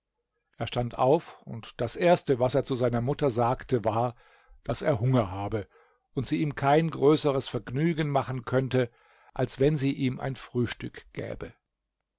er stand auf und das erste was er zu seiner mutter sagte war daß er hunger habe und sie ihm kein größeres vergnügen machen könnte als wenn sie ihm ein frühstück gäbe